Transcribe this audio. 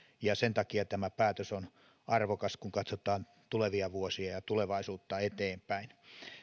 ja sen takia tämä päätös on arvokas kun katsotaan tulevia vuosia ja tulevaisuutta eteenpäin